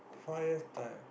five years time